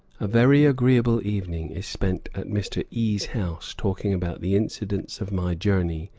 a very agreeable evening is spent at mr. e s house, talking about the incidents of my journey,